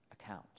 account